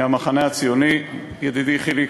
מהמחנה הציוני, ידידי חיליק,